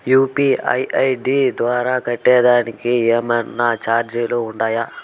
UPI ID ద్వారా కట్టేదానికి ఏమన్నా చార్జీలు ఉండాయా?